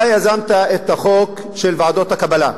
אתה יזמת את החוק של ועדות הקבלה,